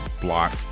block